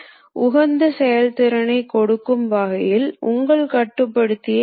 circular interpolation போன்றவற்றையும் பயன்படுத்த முடியும்